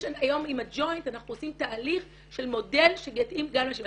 יש היום עם הג'וינט אנחנו עושים תהליך של מודל שיתאים גם לאנשים האלה.